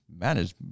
managed